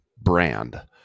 brand